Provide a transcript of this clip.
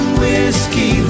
whiskey